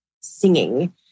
singing